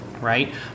Right